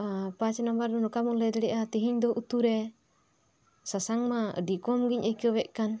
ᱯᱟᱸᱪ ᱱᱚᱢᱵᱚᱨ ᱨᱮ ᱱᱚᱝᱠᱟ ᱵᱚ ᱞᱟᱹᱭ ᱫᱟᱲᱮᱭᱟᱜᱼᱟ ᱛᱤᱦᱤᱧ ᱫᱚ ᱩᱛᱩ ᱨᱮ ᱥᱟᱥᱟᱝ ᱢᱟ ᱟᱹᱰᱤ ᱠᱚᱢ ᱜᱮᱧ ᱟᱹᱭᱠᱟᱹᱣᱭᱮᱫ ᱠᱟᱱ